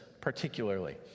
particularly